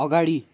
अगाडि